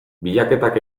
bilaketak